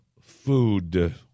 food